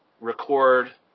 record